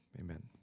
amen